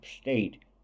state